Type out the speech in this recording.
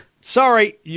Sorry